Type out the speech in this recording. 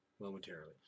momentarily